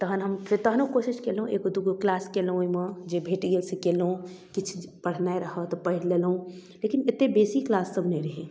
तहन हम तहनो कोशिश कएलहुँ एगो दुइगो किलास कएलहुँ ओहिमे जे भेट गेल से कएलहुँ किछु पढ़नाइ रहै तऽ पढ़ि लेलहुँ लेकिन एतेक बेसी किलाससब नहि रहै